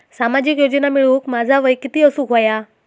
सामाजिक योजना मिळवूक माझा वय किती असूक व्हया?